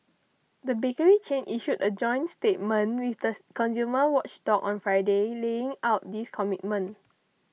the bakery chain issued a joint statement with this consumer watchdog on Friday laying out these commitments